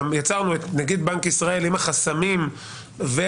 יצרנו את נגיד בנק ישראל עם החסמים מפני